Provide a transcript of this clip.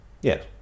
Yes